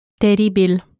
Teribil